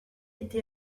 été